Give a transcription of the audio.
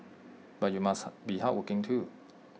but you must be hardworking too